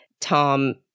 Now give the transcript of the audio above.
Tom